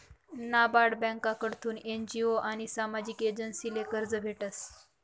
नाबार्ड ब्यांककडथून एन.जी.ओ आनी सामाजिक एजन्सीसले कर्ज भेटस